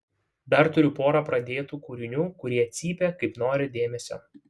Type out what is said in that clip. dar turiu porą pradėtų kūrinių kurie cypia kaip nori dėmesio